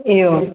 एवम्